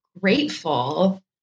grateful